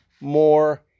more